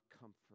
comfort